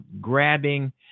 grabbing